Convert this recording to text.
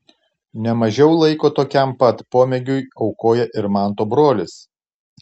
ne mažiau laiko tokiam pat pomėgiui aukoja ir manto brolis